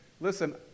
listen